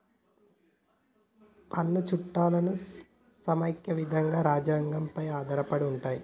పన్ను చట్టాలు సమైక్య విధానం రాజ్యాంగం పై ఆధారపడి ఉంటయ్